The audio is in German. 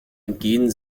entgehen